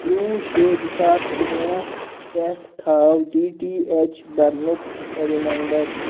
ترٛوٚوُہ شےٚ زٕ ساس کُنوُہ پٮ۪ٹھ تھاو ڈی ٹی اٮ۪چ برنُک رِمایِنٛڈَر